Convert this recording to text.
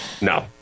No